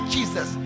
Jesus